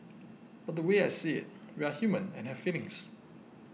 but the way I see it we are human and have feelings